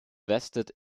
vested